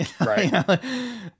Right